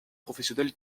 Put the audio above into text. professionnel